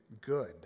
good